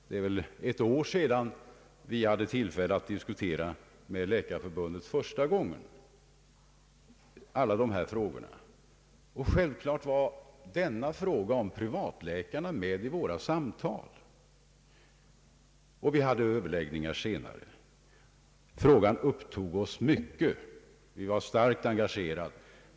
Det är väl ett år sedan vi hade tillfälle att för första gången diskutera alla dessa frågor med Läkarförbundet. Självklart var privatpraktikernas villkor med i våra samtal. Den frågan sysselsatte oss mycket också i senare överläggningar.